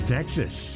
Texas